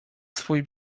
swój